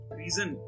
reason